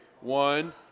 One